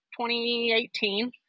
2018